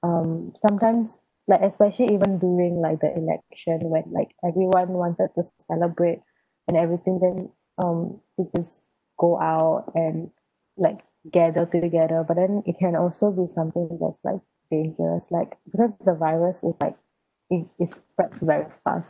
um sometimes like especially even during like the election when like everyone wanted to celebrate and everything then um it is go out and like gather together but then it can also be something that's like dangerous like because the virus is like it it spreads very fast